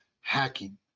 hacking